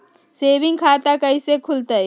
Saving खाता कैसे खुलतई?